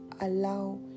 allow